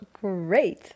Great